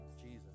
Jesus